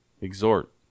Exhort